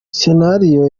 senario